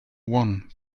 one